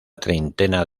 treintena